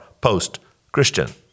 post-Christian